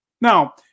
Now